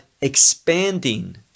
expanding